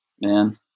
man